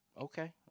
Okay